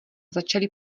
začali